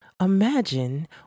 Imagine